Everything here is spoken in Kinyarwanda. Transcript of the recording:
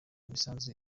imisanzu